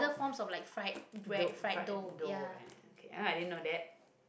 dough fried dough right I didn't know that